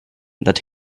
that